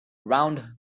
round